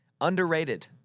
underrated